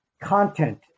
content